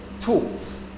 tools